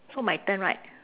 so my turn right